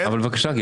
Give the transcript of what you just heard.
אבל בבקשה.